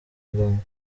ngoga